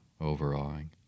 overawing